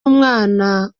umwana